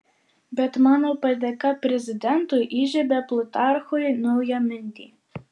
bet mano padėka prezidentui įžiebia plutarchui naują mintį